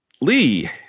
Lee